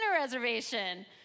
reservation